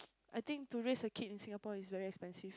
I think to raise a kid in Singapore is very expensive